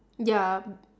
ya